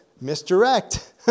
misdirect